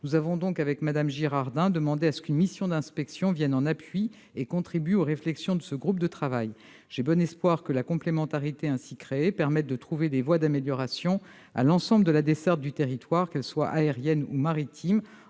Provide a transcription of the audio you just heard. Nous avons donc, avec madame Girardin, demandé à ce qu'une mission d'inspection vienne en appui et contribue aux réflexions de ce groupe de travail. J'ai bon espoir que la complémentarité ainsi créée permette de trouver des voies d'amélioration pour l'ensemble de la desserte du territoire, qu'elle soit aérienne ou maritime,